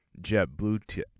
JetBlue